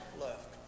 left